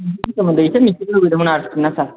बिनि सोमोन्दै एसे मिथिनो लुबैदोंमोन आरो ना सार